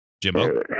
Jimbo